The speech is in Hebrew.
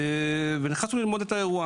ונכנסנו ללמוד את האירוע.